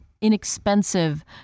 inexpensive